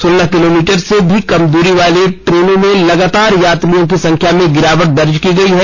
सोलह किलोमीटर से भी कम दूरी वाली ट्रेनों में लगातार यात्रियों की संख्या में गिरावट दर्ज की गई है